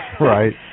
Right